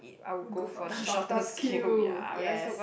go for shortest queue yes